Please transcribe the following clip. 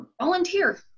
Volunteer